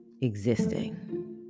existing